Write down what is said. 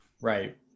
Right